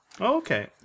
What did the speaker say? Okay